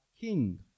King